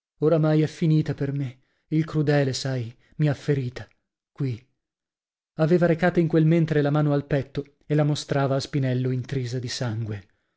ormai è finita per me il crudele sai mi ha ferita qui aveva recata in quel mentre la mano al petto e la mostrava a spinello intrisa di sangue